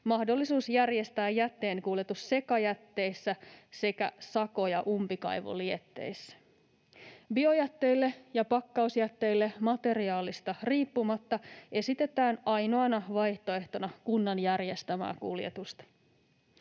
mahdollisuus järjestää jätteenkuljetus sekajätteissä sekä sako- ja umpikaivolietteissä. Biojätteille ja pakkausjätteille materiaalista riippumatta esitetään ainoana vaihtoehtona kunnan järjestämää kuljetusta.